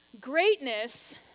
Greatness